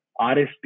RSP